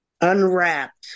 Unwrapped